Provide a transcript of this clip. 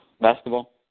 basketball